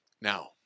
Now